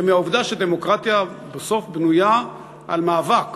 ומהעובדה שדמוקרטיה בסוף בנויה על מאבק